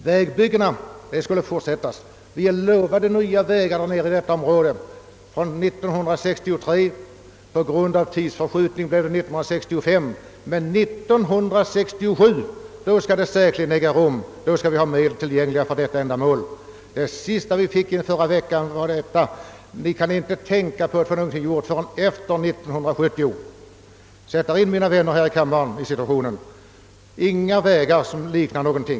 vades nya vägar i detta område från 1963. På grund av tidsförskjutning ändrades det till 1965. Men 1967 skulle det säkerligen bli av — då skulle vi ha medel tillgängliga för detta ändamål. Det sista meddelande som vi fick var att vi inte kunde tänka på att få någonting gjort förrän efter 1970. Sätt er in i vår situation, mina vänner här i kammaren! Vi har inga vägar som fyller anspråken.